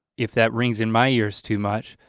if that rings in my ears too much.